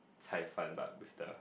cai fan but with the